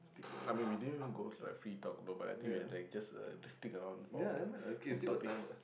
I mean we didn't even go through like free talk though but I think we are like just uh just stick around from from topics